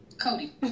Cody